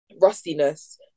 rustiness